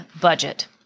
budget